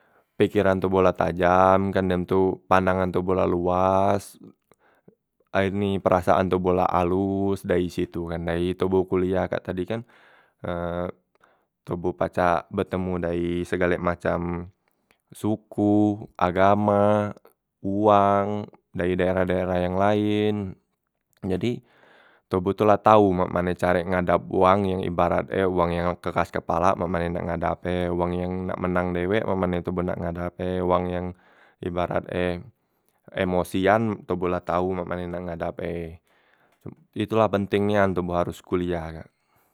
Pekeran toboh la tajam kan dem tu pandangan toboh la luas, air ni perasaan toboh la alos dayi situ kan dayi toboh kuliah e kak tadi kan toboh pacak betemu dayi segale macam suku, agama, uwang dari daerah- daerah yang laen, jadi toboh tu la tau mak mane carek ngadap wang yang ibarat e wang yang keras kepalak mak mane ngadap e, wong yang nak menang dewek mak mane toboh ngadap e, wang yang ibarat e emosian toboh la tau mak mane ngadap e, cu itu la penteng nian toboh haros kuliah kak.